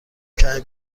کمی